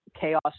chaos